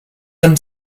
them